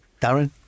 Darren